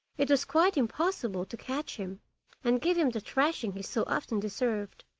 it was quite impossible to catch him and give him the thrashing he so often deserved,